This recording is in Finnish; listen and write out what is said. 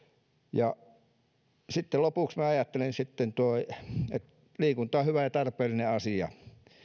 sitten lopuksi minä ajattelen että liikunta on hyvä ja tarpeellinen asia